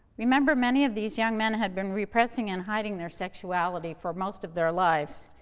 remember, many of these young men had been repressing and hiding their sexuality for most of their lives,